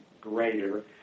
greater